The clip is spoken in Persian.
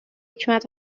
حکمت